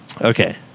Okay